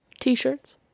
t-shirts